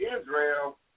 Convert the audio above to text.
Israel